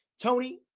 Tony